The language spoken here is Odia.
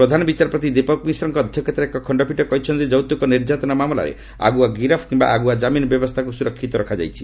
ପ୍ରଧାନ ବିଚାରପତି ଦୀପକ୍ ମିଶ୍ରଙ୍କ ଅଧ୍ୟକ୍ଷତାରେ ଏକ ଖଶ୍ତପୀଠ କହିଛନ୍ତି ଯୌତ୍ରକ ନିର୍ଯାତନା ମାମଲାରେ ଆଗୁଆ ଗିରଫ କିୟା ଆଗୁଆ ଜାମିନ ବ୍ୟବସ୍ଥାକୁ ସୁରକ୍ଷିତ ରଖାଯାଇଛି